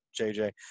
JJ